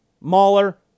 Mahler